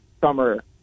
summer